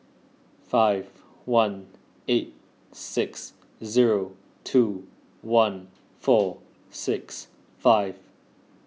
five one eight six zero two one four six five